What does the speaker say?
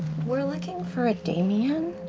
we're looking for a damien?